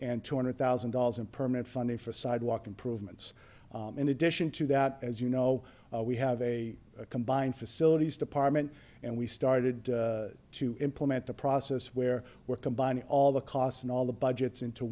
and two hundred thousand dollars in permanent funding for sidewalk improvements in addition to that as you know we have a combined facilities department and we started to implement the process where we're combining all the costs and all the budgets into